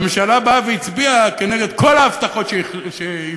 והממשלה באה והצביעה כנגד כל ההבטחות שהיא הבטיחה.